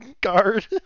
guard